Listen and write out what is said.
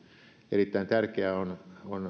erittäin tärkeää on